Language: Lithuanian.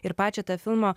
ir pačią tą filmo